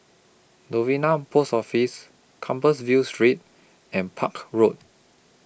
Novena Post Office Compassvale Street and Park Road